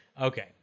Okay